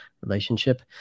relationship